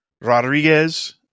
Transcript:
Rodriguez